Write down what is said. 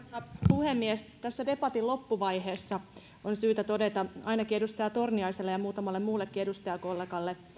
puhemies tässä debatin loppuvaiheessa on syytä todeta ainakin edustaja torniaiselle ja muutamalle muullekin edustajakollegalle